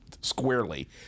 squarely